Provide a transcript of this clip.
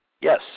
Yes